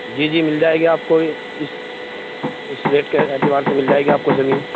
جی جی مل جائے گی آپ کو اس اس ریٹ کے اعتبار سے مل جائے گی آپ کو زمین